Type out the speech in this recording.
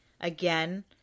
Again